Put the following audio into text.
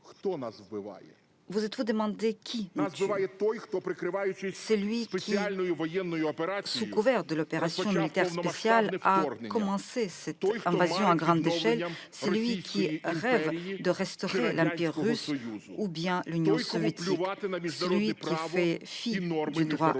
Vous êtes-vous demandé qui nous tue ? Celui qui, sous couvert d'une « opération militaire spéciale », a lancé cette invasion à grande échelle, celui qui rêve de restaurer l'empire russe ou l'Union soviétique, celui qui fait fi du droit international